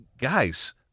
guys